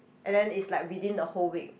and then it's like within the whole week